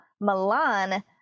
Milan